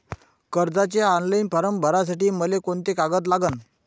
कर्जाचे online form भरासाठी मले कोंते कागद लागन?